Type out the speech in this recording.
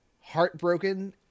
heartbroken